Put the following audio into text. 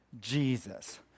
Jesus